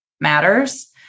matters